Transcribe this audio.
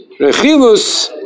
Rechilus